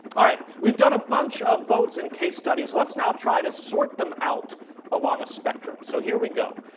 all right. we've done a bunch of votes and case studies. let's now try to sort them out along a spectrum. so here we go.